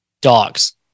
dogs